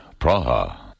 Praha